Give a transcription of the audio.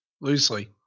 loosely